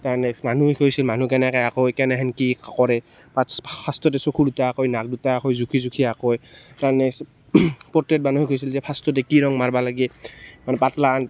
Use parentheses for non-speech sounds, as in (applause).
তাৰ নেক্সট মানুহ শিকাইছিল মানুহ কেনেকৈ আঁকে কেনেহেন কি কৰে ফাৰ্ষ্টতে চকু দুটা আঁকে নাক দুটা আঁকে জুখি জুখি আঁকে তাৰ নেক্সট পৰ্ট্ৰেট বনাব (unintelligible) ফাৰ্ষ্টতে কি ৰং মাৰিব লাগে কাৰণ পাতলা